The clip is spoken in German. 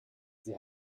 sie